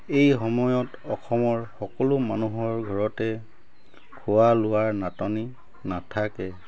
এই সময়ত অসমৰ সকলো মানুহৰ ঘৰতে খোৱা লোৱাৰ নাটনি নাথাকে